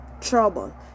trouble